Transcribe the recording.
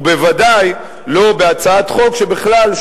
ובוודאי לא הצעת חוק שבכלל,